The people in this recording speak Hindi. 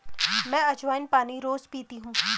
मैं अज्वाइन पानी रोज़ पीती हूँ